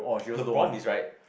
the problem is right